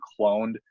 cloned